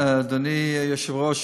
תודה, אדוני היושב-ראש.